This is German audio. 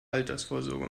altersvorsorge